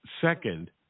Second